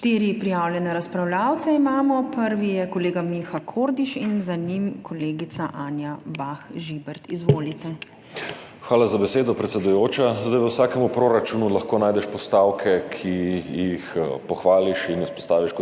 Štiri prijavljene razpravljavce imamo. Prvi je kolega Miha Kordiš in za njim kolegica Anja Bah Žibert. Izvolite. **MIHA KORDIŠ (PS Levica):** Hvala za besedo, predsedujoča. V vsakem proračunu lahko najdeš postavke, ki jih pohvališ in izpostaviš kot